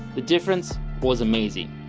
the difference was amazing.